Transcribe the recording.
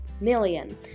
million